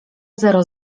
zero